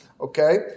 okay